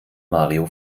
mario